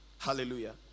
Hallelujah